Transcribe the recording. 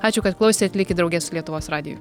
ačiū kad klausėt likit drauge su lietuvos radiju